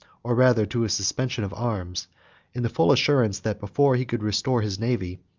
or rather to a suspension of arms in the full assurance that, before he could restore his navy,